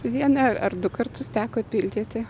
vieną ar ar du kartus teko pildyti